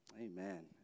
Amen